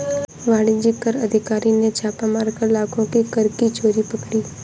वाणिज्य कर अधिकारी ने छापा मारकर लाखों की कर की चोरी पकड़ी